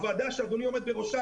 הוועדה שאדוני עומד בראשה,